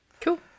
cool